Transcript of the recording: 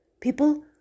People